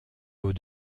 aux